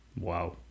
Wow